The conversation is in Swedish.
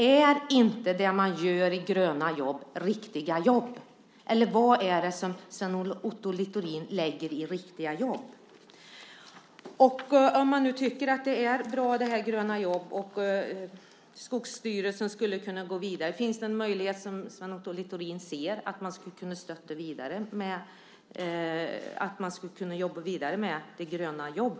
Är inte det man gör i Gröna jobb riktiga jobb, eller vad lägger Sven Otto Littorin i begreppet "riktiga jobb"? Om man nu tycker att Gröna jobb är bra och Skogsstyrelsen skulle kunna gå vidare, ser då Sven Otto Littorin någon möjlighet att jobba vidare med Gröna jobb?